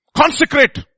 Consecrate